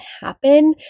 happen